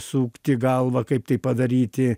sukti galvą kaip tai padaryti